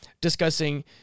discussing